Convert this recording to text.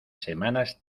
semanas